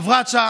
אברשה,